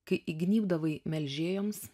kai įgnybdavai melžėjoms